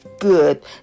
good